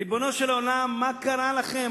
ריבונו של עולם, מה קרה לכם?